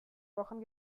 wochen